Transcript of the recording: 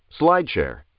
slideshare